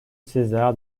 césar